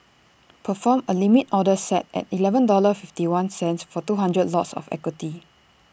perform A limit order set at Eleven dollars fifty one cents for two hundred lots of equity